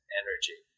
energy